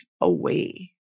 away